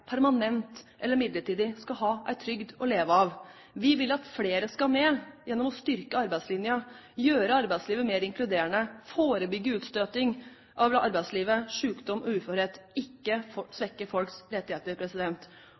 permanent eller midlertidig, skal ha en trygd å leve av. Vi vil at flere skal med gjennom å styrke arbeidslinja, gjøre arbeidslivet mer inkluderende, forebygge utstøting av arbeidslivet, sykdom og uførhet og ikke svekke folks rettigheter.